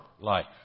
life